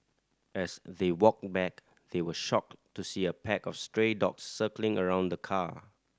as they walked back they were shocked to see a pack of stray dogs circling around the car